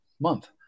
month